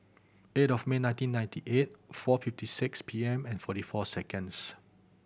eight of May nineteen ninety eight four fifty six P M and forty four seconds